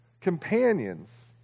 Companions